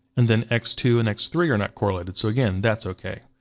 and then x two and x three are not correlated, so again, that's okay.